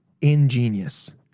ingenious